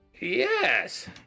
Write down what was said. yes